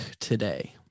today